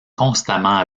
constamment